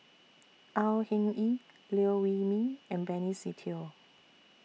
Au Hing Yee Liew Wee Mee and Benny Se Teo